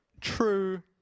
true